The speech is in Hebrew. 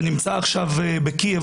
שנמצא עכשיו בקייב,